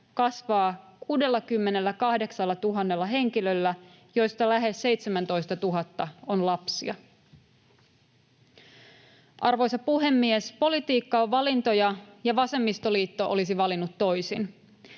kasvaa 68 000:lla henkilöllä, joista lähes 17 000 on lapsia. Arvoisa puhemies! Politiikka on valintoja, ja vasemmistoliitto olisi valinnut toisin.